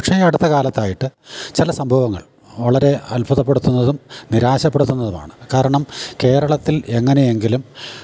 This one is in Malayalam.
പക്ഷേ അടുത്ത കാലത്തായിട്ട് ചില സംഭവങ്ങൾ വളരെ അത്ഭുതപ്പെടുത്തുന്നതും നിരാശപ്പെടുത്തുന്നതുമാണ് കാരണം കേരളത്തിൽ എങ്ങനെ എങ്കിലും